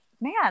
man